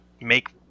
make